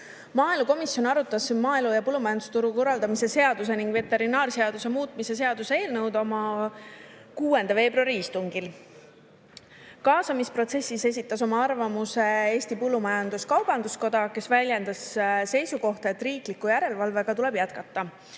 tulenevalt. Maaelukomisjon arutas maaelu ja põllumajandusturu korraldamise seaduse ning veterinaarseaduse muutmise seaduse eelnõu oma 6. veebruari istungil. Kaasamisprotsessis esitas oma arvamuse Eesti Põllumajandus-Kaubanduskoda, kes väljendas seisukohta, et riikliku järelevalvega tuleb jätkata.